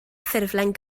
ffurflen